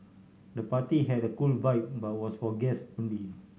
the party had a cool vibe but was for guests only